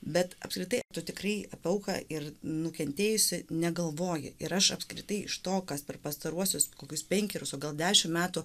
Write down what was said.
bet apskritai tu tikrai apie auką ir nukentėjusi negalvoji ir aš apskritai iš to kas per pastaruosius kokius penkerius o gal dešimt metų